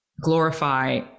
glorify